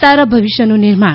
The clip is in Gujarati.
સારા ભવિષ્યનું નિર્માણ